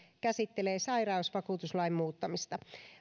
käsittelee sairausvakuutuslain muuttamista